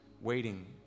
waiting